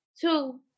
Two